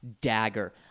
Dagger